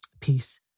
peace